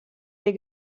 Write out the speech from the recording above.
dei